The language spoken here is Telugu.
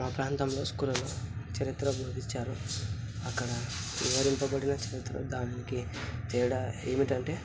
మా ప్రాంతంలో స్కూళ్ళలో చరిత్ర బోధించారు అక్కడ వివరింపబడిన చరిత్ర దానికి తేడా ఏమిటి అంటే